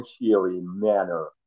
manner